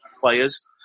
players